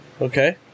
Okay